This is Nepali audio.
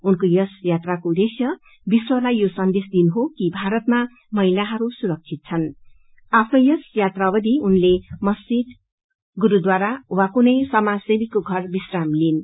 उनको यस यात्राको उद्देश्य विश्वलाई यो संदेश दिइनु हो कि भारतमा महिलाहरू सुरक्षित छन् आफ्नो यस यात्राको अधि उनले मस्जिद गुरूद्वारा वा कुनै समाजसेवीको धरमा विश्राम लिईन्